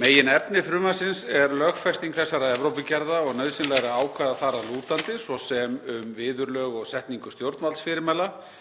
Meginefni frumvarpsins er lögfesting þessara Evrópugerða og nauðsynlegra ákvæða þar að lútandi, svo sem um viðurlög og setningu stjórnvaldsfyrirmæla.